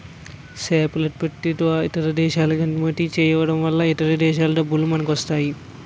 సేపలుత్పత్తి ఇతర దేశాలకెగుమతి చేయడంవలన ఇతర దేశాల డబ్బులు మనకొస్తాయి